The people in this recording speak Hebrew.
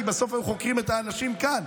כי בסוף הם חוקרים את האנשים כאן.